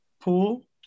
pool